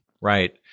Right